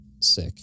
sick